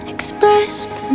Expressed